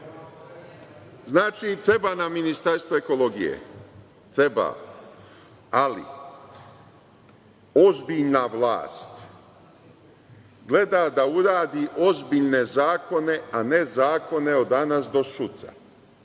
treba nam ministarstvo ekologije. Treba. Ali, ozbiljna vlast gleda da uradi ozbiljne zakone, a ne zakone od danas do sutra.